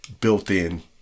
built-in